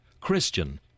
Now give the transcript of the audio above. Christian